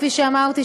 כפי שאמרתי,